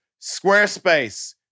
Squarespace